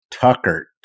Tucker